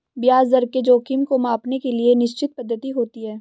ब्याज दर के जोखिम को मांपने के लिए निश्चित पद्धति होती है